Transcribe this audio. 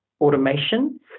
automation